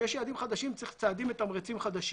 כשיש יעדים חדשים צריך צעדים מתמרצים חדשים.